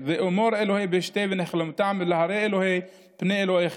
ואמרה: אלוהי בֹּשתי ונכלמתי להרים אלוהי פנַי אליך,